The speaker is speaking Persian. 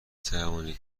توانید